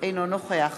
אינו נוכח